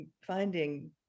finding